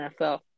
NFL